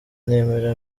nemera